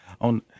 On